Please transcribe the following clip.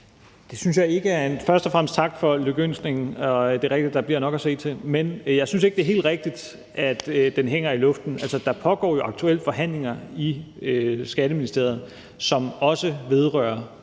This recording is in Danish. Rasmus Stoklund (S) : Først og fremmest tak for lykønskningen; det er rigtigt, at der bliver nok at se til. Men jeg synes ikke, det er helt rigtigt, at den hænger i luften. Altså, der pågår jo aktuelt forhandlinger i Skatteministeriet, som også vedrører